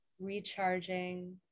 recharging